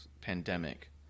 pandemic